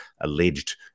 alleged